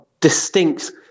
distinct